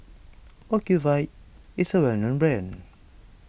Ocuvite is a well known brand